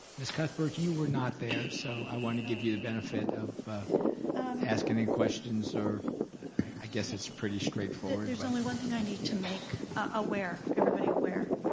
ms. cuthbert you were not there, so i wanna give you the benefit of asking any questions or i guess it's pretty straightforward. there's only one thing i need to make aware, everybody aware.